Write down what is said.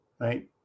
right